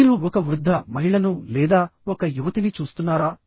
మీరు ఒక వృద్ధ మహిళను లేదా ఒక యువతిని చూస్తున్నారా